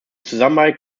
zusammenarbeit